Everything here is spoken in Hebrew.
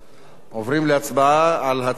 עוברים להצבעה על הצעת